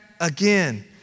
again